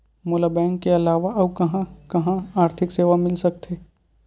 मोला बैंक के अलावा आऊ कहां कहा आर्थिक सेवा मिल सकथे?